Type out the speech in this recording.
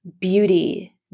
beauty